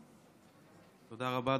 תודה רבה.